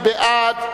מי בעד?